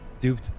Duped